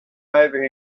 over